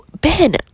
Ben